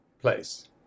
place